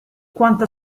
quanta